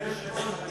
אדוני היושב-ראש,